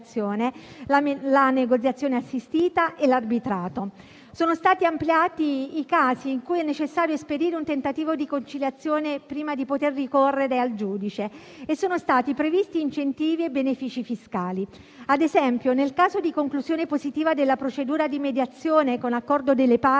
la negoziazione assistita e l'arbitrato. Sono stati ampliati i casi in cui è necessario esperire un tentativo di conciliazione prima di poter ricorrere al giudice e sono stati previsti incentivi e benefici fiscali. Ad esempio, nel caso di conclusione positiva della procedura di mediazione con accordo delle parti,